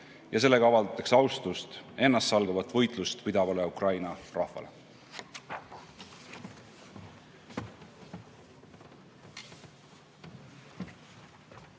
ja sellega avaldatakse austust ennastsalgavat võitlust pidavale Ukraina rahvale.